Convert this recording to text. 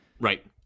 Right